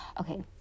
okay